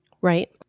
Right